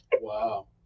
Wow